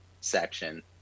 section